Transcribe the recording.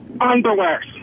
underwear